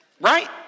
right